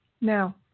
Now